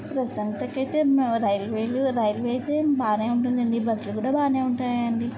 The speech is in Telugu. ప్రస్తుతానికి అయితే రైల్వేలు రైల్వే అయితే బాగానే ఉంటుంది అండి బస్సులు కూడా బాగానే ఉంటాయి అండి